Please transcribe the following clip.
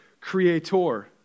creator